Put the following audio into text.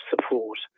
support